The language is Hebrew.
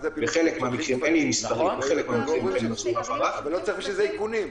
בחלק מהמקרים שנמצאו הפרות --- אבל לא צריך בשביל זה איכונים.